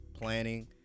planning